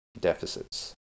deficits